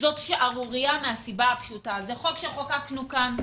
זו שערורייה מהסיבה הפשוטה: זה חוק שחוקקנו כאן.